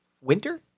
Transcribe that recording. winter